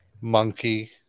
monkey